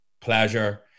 pleasure